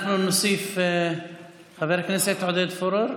אנחנו נוסיף את חבר הכנסת עודד פורר,